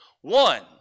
One